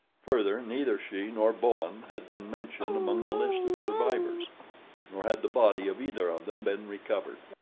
further, neither she nor bowen had been mentioned among the list of survivors nor had the body of either of them been recovered.